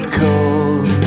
cold